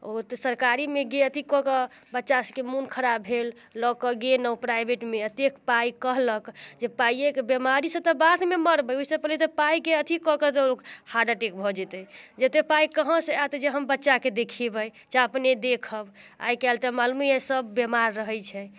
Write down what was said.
ओ तऽ सरकारी मे अथी कऽ के बच्चा सबके मोन खराब भेल लऽ के गेलहुँ प्राइवेटमे एतेक पाय कहलक जे पाइएके बीमारीसँ तऽ बादमे मरबै ओहिसँ पहिले तऽ पाइके अथी कऽ के हार्ट अटैक भऽ जेतै जे एतेक पाइ कहाँ से आएत जे हम बच्चाके देखेबै चाहे अपने देखब आइ काल्हि तऽ मालूमे अइ सब बेमार रहैत छै